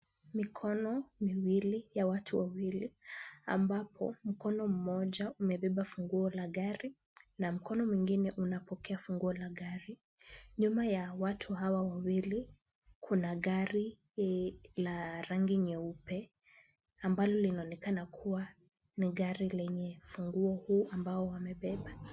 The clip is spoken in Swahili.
Mikono miwili ya watu wawili ambapo mkono mmoja umebeba funguo la gari na mkono mwingine unapokea funguo la gari. Nyuma ya watu hawa wawili, kuna gari la rangi nyeupe, ambalo linaonekana kuwa ni gari lenye funguo huu ambao wamebeba.